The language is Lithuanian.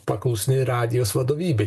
paklusni radijos vadovybei